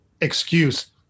excuse